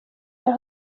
yaho